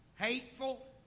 hateful